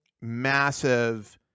massive